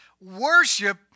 worship